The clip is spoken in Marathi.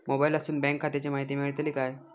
मोबाईलातसून बँक खात्याची माहिती मेळतली काय?